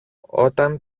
όταν